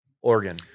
organ